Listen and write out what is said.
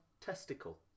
testicle